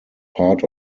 part